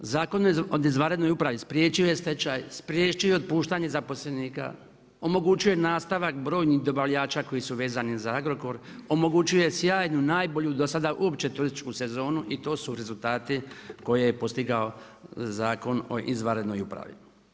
Zakon o izvanrednoj upravi spriječio je stečaj, spriječio je otpuštanje zaposlenika, omogućio je nastavak brojnih dobavljača koji su vezani za Agrokor, omogućio je sjajnu, najbolju do sada uopće turističku sezonu i to su rezultati koje je postigao zakon o izvanrednoj upravi.